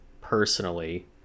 personally